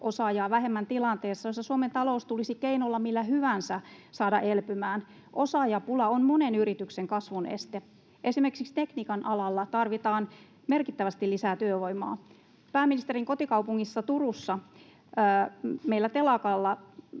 osaajaa vähemmän tilanteessa, jossa Suomen talous tulisi keinolla millä hyvänsä saada elpymään. Osaajapula on monen yrityksen kasvun este. Esimerkiksi tekniikan alalla tarvitaan merkittävästi lisää työvoimaa. Pääministerin kotikaupungissa Turussa meillä telakka